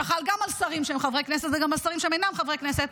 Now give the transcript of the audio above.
שחל גם על שרים שהם חברי כנסת וגם על שרים שהם אינם חברי כנסת,